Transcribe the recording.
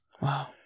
Wow